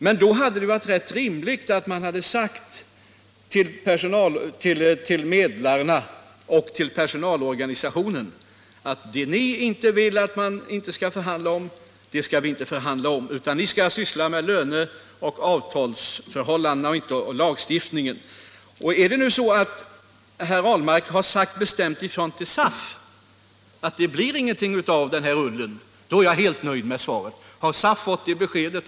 Men då hade det varit rätt rimligt att man sagt till medlarna och till personalorganisationerna att det denna organisation inte vill att man skall förhandla om, det skall ni inte förhandla om; ni skall syssla med löne och avtalsförhållandena och inte med lagstiftningen. Är det nu så att herr Ahlmark har sagt bestämt ifrån till SAF att det blir ingenting av den här ullen, då är jag helt nöjd med svaret.